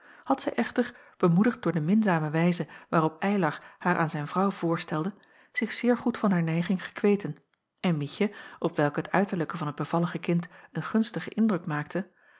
had zij echter bemoedigd door de minzame wijze waarop eylar haar aan zijn vrouw voorstelde zich zeer goed van haar nijging gekweten en mietje op welke het uiterlijke van het bevallige kind een gunstigen indruk maakte